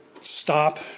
stop